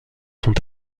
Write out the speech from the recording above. sont